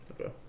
Okay